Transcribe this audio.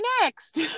next